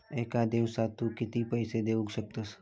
एका दिवसात तू किती पैसे देऊ शकतस?